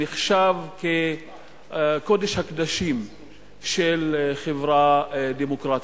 שנחשב כקודש הקודשים של חברה דמוקרטית.